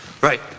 Right